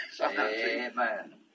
Amen